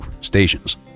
stations